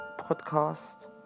podcast